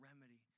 remedy